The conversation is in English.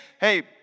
hey